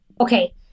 Okay